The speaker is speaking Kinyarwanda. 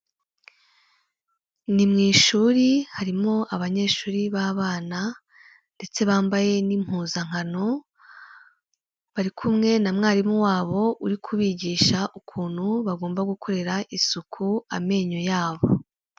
Ni mu ishuri harimo abanyeshuri b'abana ndetse bambaye n'impuzankano, bari kumwe na mwarimu wabo uri kubigisha ukuntu bagomba gukorera isuku amenyo yabo.